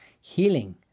healing